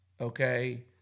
okay